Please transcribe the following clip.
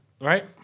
right